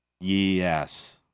Yes